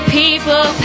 people